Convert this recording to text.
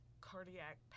cardiac